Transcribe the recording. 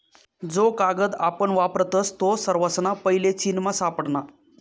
जो कागद आपण वापरतस तो सर्वासना पैले चीनमा सापडना